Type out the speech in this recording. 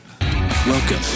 Welcome